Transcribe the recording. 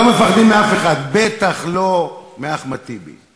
לא מפחדים מאף אחד, בטח לא מאחמד טיבי.